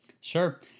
Sure